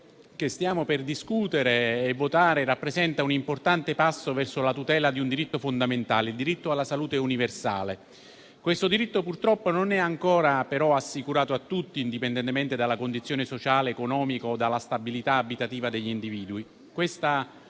che stiamo per discutere e votare, rappresenta un importante passo verso la tutela di un diritto fondamentale, il diritto alla salute universale. Questo diritto, purtroppo, non è ancora però assicurato a tutti, indipendentemente dalla condizione sociale, economica o dalla stabilità abitativa degli individui.